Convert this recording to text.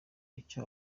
icyo